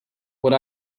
what